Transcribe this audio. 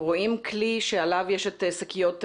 רואים כלי שעליו שקיות ניילון.